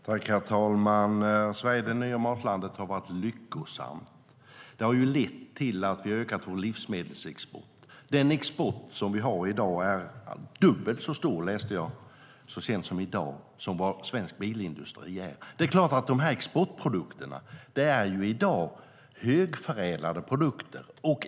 Herr talman! Sverige - det nya matlandet har varit lyckosamt. Det har lett till att vi har ökat vår livsmedelsexport. Den export som vi har i dag är dubbelt så stor som svensk bilindustri, läste jag så sent som i dag. Det är klart att exportprodukterna i dag är högförädlade produkter.